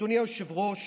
אדוני היושב-ראש,